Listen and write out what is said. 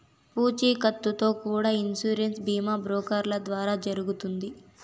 పూచీకత్తుతో కూడా ఇన్సూరెన్స్ బీమా బ్రోకర్ల ద్వారా జరుగుతుంది